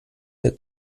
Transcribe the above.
der